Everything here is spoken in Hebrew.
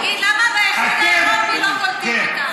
תגיד, למה באיחוד האירופי לא קולטים אותם?